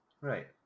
Right